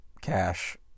cash